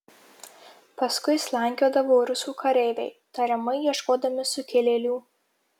paskui slankiodavo rusų kareiviai tariamai ieškodami sukilėlių